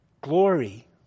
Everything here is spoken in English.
Glory